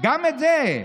גם את זה.